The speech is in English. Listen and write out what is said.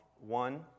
one